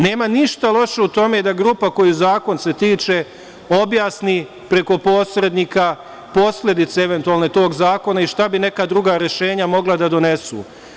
Nema ništa loše u tome da grupa koje zakon se tiče objasni preko posrednika posledice eventualno tog zakona i šta bi neka druga rešenja mogla da donesu.